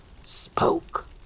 spoke